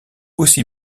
aussi